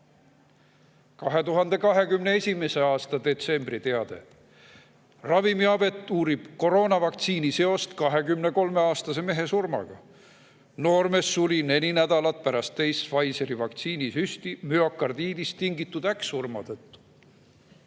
2021. aasta detsembri teade: Ravimiamet uurib koroonavaktsiini seost 23-aastase mehe surmaga. Noormeest [tabas] neli nädalat pärast teist Pfizeri vaktsiini süsti müokardiidist tingitud äkksurm.